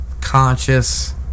conscious